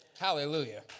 Hallelujah